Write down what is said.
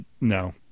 no